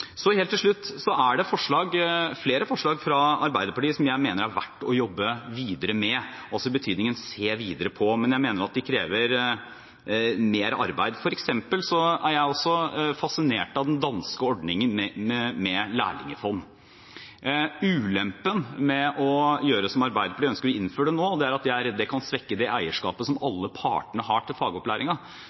Helt til slutt: Det er flere forslag fra Arbeiderpartiet som jeg mener det er verdt å jobbe videre med – i betydningen se videre på – men jeg mener at de krever mer arbeid. For eksempel er jeg også fascinert av den danske ordningen med lærlingfond. Ulempen med å gjøre som Arbeiderpartiet ønsker, og innføre det nå, er at det, er jeg redd, kan svekke det eierskapet som alle partene har til